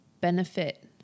benefit